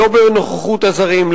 לא בנוכחות הזרים,